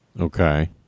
Okay